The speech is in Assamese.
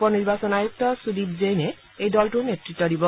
উপ নিৰ্বাচন আয়ুক্ত সুদীপ জৈনে এই দলটোৰ নেতৃত্ব দিব